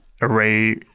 array